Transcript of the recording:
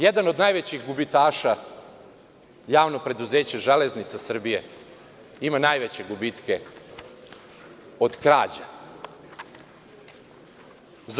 Jedan od najvećih gubitaša je javno preduzeće Železnica Srbije, ima najveće gubitke od krađa.